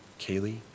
Kaylee